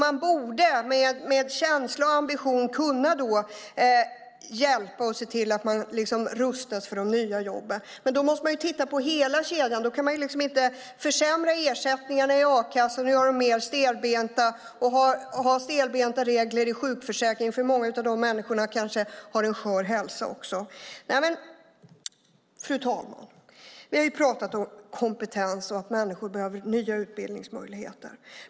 Man borde med känsla och ambition kunna hjälpa och se till att de rustas för de nya jobben. Men då måste man titta på hela kedjan. Man kan inte försämra ersättningarna i a-kassan och göra dem mer stelbenta och ha stelbenta regler i sjukförsäkringarna. Många av dessa människor har kanske också en skör hälsa. Fru talman! Vi har talat om kompetens och att människor behöver nya utbildningsmöjligheter.